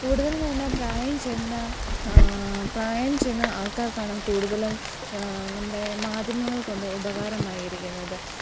കൂടുതൽ എന്ന് പറഞ്ഞാൽ പ്രായം ചെന്ന പ്രായം ചെന്ന ആൾക്കാർക്കാണ് കൂടുതലും നമ്മുടെ മാധ്യമങ്ങൾക്കൊണ്ട് ഉപകാരമായിരിക്കുന്നത്